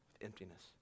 emptiness